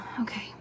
Okay